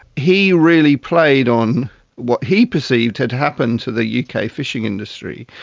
he really played on what he perceived had happened to the yeah uk ah fishing industry.